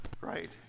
Right